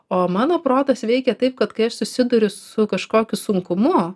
o mano protas veikia taip kad kai aš susiduriu su kažkokiu sunkumu